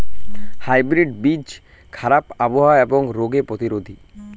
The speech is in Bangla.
হাইব্রিড বীজ খারাপ আবহাওয়া এবং রোগে প্রতিরোধী